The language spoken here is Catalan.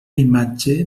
imatge